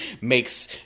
makes